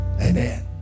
amen